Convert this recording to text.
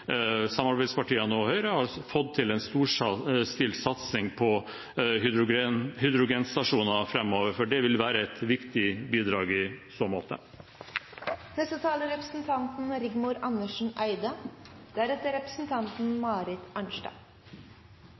samarbeidspartiene og Høyre har fått til en storstilt satsing på hydrogenstasjoner framover, for det vil være et viktig bidrag i så måte. Energi er